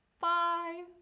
bye